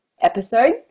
episode